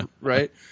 right